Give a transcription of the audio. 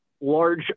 large